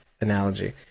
analogy